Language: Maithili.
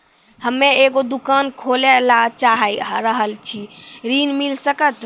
हम्मे एगो दुकान खोले ला चाही रहल छी ऋण मिल सकत?